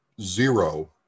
zero